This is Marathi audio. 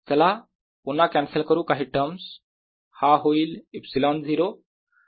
चला पुन्हा कॅन्सल करू काही टर्म्स हा होईल ε0